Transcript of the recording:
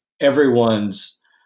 everyone's